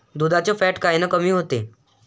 दुधाचं फॅट कायनं कमी होते?